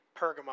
Pergamum